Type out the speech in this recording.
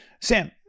Sam